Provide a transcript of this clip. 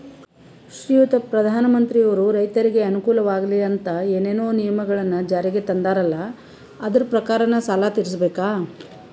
ಶ್ರೀಯುತ ಪ್ರಧಾನಮಂತ್ರಿಯವರು ರೈತರಿಗೆ ಅನುಕೂಲವಾಗಲಿ ಅಂತ ಏನೇನು ನಿಯಮಗಳನ್ನು ಜಾರಿಗೆ ತಂದಾರಲ್ಲ ಅದರ ಪ್ರಕಾರನ ಸಾಲ ತೀರಿಸಬೇಕಾ?